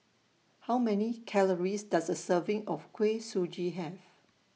How Many Calories Does A Serving of Kuih Suji Have